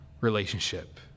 relationship